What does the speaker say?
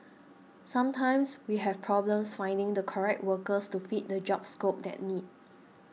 sometimes we have problems finding the correct workers to fit the job scope that need